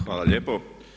Hvala lijepo.